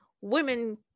women